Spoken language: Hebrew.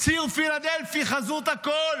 ציר פילדלפי הוא חזות הכול.